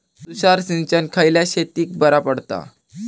तुषार सिंचन खयल्या शेतीक बरा पडता?